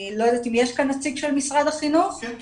אני לא יודעת אם יש כאן נציג של משרד החינוך --- כן,